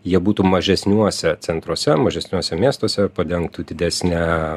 jie būtų mažesniuose centruose mažesniuose miestuose padengtų didesnę